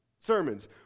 Sermons